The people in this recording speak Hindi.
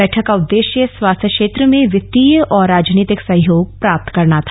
बैठक का उद्देश्य स्वास्थ्य क्षेत्र में वित्तीय और राजनीतिक सहयोग प्राप्त करना था